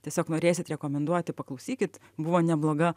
tiesiog norėsit rekomenduoti paklausykit buvo nebloga